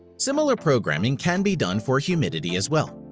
similar programming can be done for humidity as well.